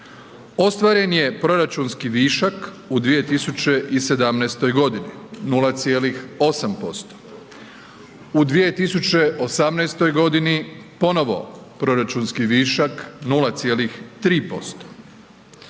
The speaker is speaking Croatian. Ostvaren je proračunski višak u 2017. godini 0,8%, u 2018. godini ponovo proračunski višak 0,3%.